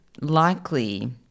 likely